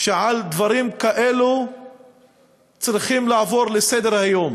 שעל דברים כאלו צריכים לעבור לסדר-היום.